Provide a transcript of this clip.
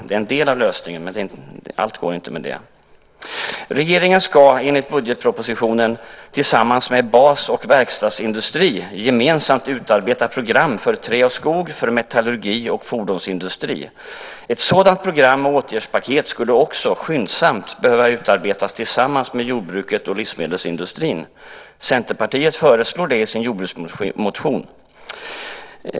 De är en del av lösningen, men allt går inte att lösa på det sättet. Regeringen ska, enligt budgetpropositionen, tillsammans med bas och verkstadsindustrierna gemensamt utarbeta program för trä och skog, för metallurgi och för fordonsindustri. Ett sådant program och åtgärdspaket skulle också behöva skyndsamt utarbetas tillsammans med jordbruket och livsmedelsindustrin. Det föreslår vi i Centerpartiet i vår jordbruksmotion.